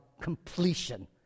Completion